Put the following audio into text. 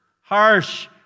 harsh